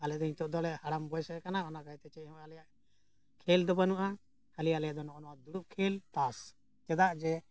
ᱟᱞᱮ ᱫᱚ ᱱᱤᱛᱚᱜ ᱫᱚᱞᱮ ᱦᱟᱲᱟᱢ ᱵᱚᱭᱮᱥ ᱟᱠᱟᱱᱟ ᱚᱱᱟ ᱠᱟᱭᱛᱮ ᱪᱮᱫ ᱦᱚᱸ ᱟᱞᱮᱭᱟᱜ ᱠᱷᱮᱞ ᱫᱚ ᱵᱟᱹᱱᱩᱜᱼᱟ ᱠᱷᱟᱹᱞᱤ ᱟᱞᱮ ᱫᱚ ᱱᱚᱜᱼᱚ ᱱᱚᱣᱟ ᱫᱩᱲᱩᱵ ᱠᱷᱮᱞ ᱛᱟᱥ ᱪᱮᱫᱟᱜ ᱡᱮ